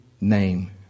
name